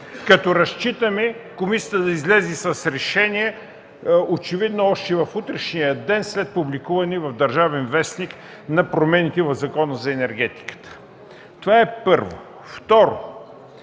като разчитаме тя да излезе с решение, очевидно още в утрешния ден, след публикуване в „Държавен вестник” на промените в Закона за енергетиката. Това, първо. Второ,